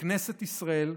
מכנסת ישראל,